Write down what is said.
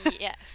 Yes